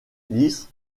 lis